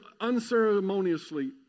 unceremoniously